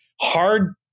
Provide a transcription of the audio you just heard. hard